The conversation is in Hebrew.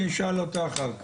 אני אשאל אותה אחר כך.